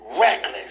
reckless